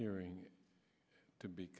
hearing to be